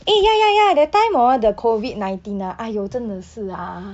eh ya ya ya that time hor the COVID nineteen ah !aiyo! 真的是啊